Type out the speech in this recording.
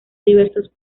diversos